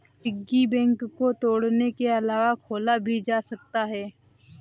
piggy bank को तोड़ने के अलावा खोला भी जा सकता है